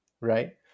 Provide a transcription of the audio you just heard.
right